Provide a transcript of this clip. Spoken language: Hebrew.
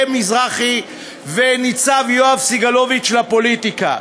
מזרחי וניצב יואב סגלוביץ' לפוליטיקה.